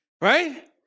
Right